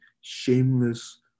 shameless